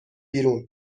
بیرون